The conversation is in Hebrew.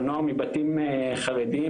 או נוער מבתים חרדים,